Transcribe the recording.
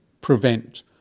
prevent